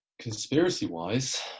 Conspiracy-wise